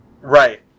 Right